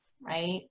right